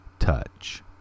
touch